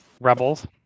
Rebels